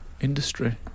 industry